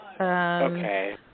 Okay